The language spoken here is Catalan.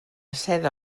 seda